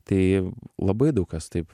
tai labai daug kas taip